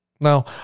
Now